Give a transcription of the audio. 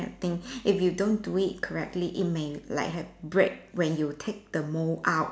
of thing if you don't do it correctly it may like have break when you take the mold out